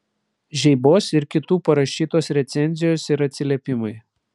žeibos ir kitų parašytos recenzijos ir atsiliepimai